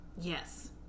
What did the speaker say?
Yes